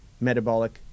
metabolic